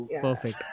Perfect